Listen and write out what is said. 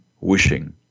wishing